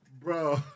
Bro